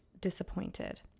disappointed